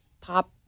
pop